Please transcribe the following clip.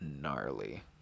gnarly